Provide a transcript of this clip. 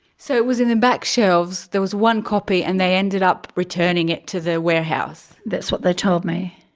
so it was in the back shelves, there was one copy, and they ended up returning it to the warehouse. that's what they told me.